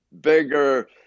bigger